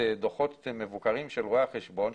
דוחות מבוקרים של רואי החשבון,